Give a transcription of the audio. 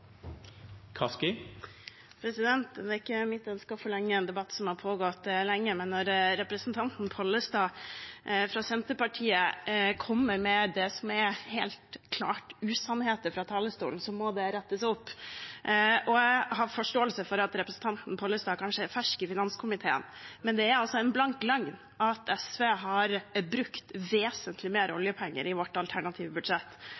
ikke mitt ønske å forlenge en debatt som har pågått lenge, men når representanten Pollestad fra Senterpartiet kommer med det som helt klart er usannheter fra talerstolen, så må det rettes opp. Jeg har forståelse for at representanten Pollestad kanskje er fersk i finanskomiteen, men det er altså en blank løgn at vi i SV har brukt vesentlig mer oljepenger i vårt alternative budsjett.